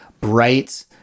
bright